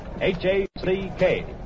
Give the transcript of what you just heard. H-A-C-K